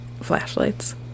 flashlights